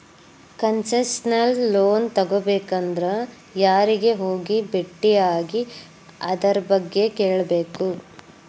Concessional loan ತಗೊಬೇಕಂದ್ರ ಯಾರಿಗೆ ಹೋಗಿ ಬೆಟ್ಟಿಯಾಗಿ ಅದರ್ಬಗ್ಗೆ ಕೇಳ್ಬೇಕು?